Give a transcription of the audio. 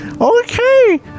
okay